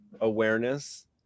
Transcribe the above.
awareness